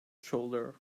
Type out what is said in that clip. shoulder